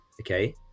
okay